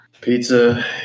Pizza